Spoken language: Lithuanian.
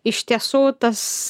iš tiesų tas